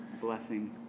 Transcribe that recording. blessing